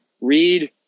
read